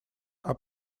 are